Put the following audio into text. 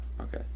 okay